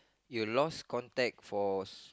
you lost contact for so